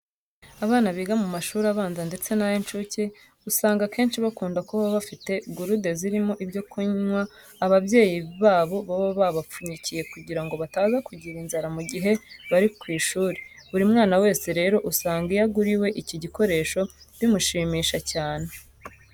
Abana biga mu mashuri abanza ndetse n'ay'incuke usanga akenshi bakunda kuba bafite gurude zirimo ibyo kunywa ababyeyi babo baba babapfunyikiye kugira ngo bataza kugira inzara mu gihe bari ku ishuri. Buri mwana wese rero usanga iyo aguriwe iki gikoresho bimushimisha cyane.